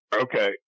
Okay